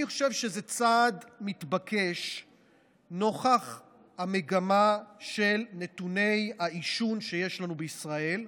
אני חושב שזה צעד מתבקש נוכח המגמה של נתוני העישון שיש לנו בישראל.